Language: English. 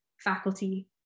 faculty